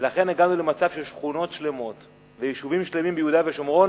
ולכן הגענו למצב ששכונות שלמות ויישובים שלמים ביהודה ושומרון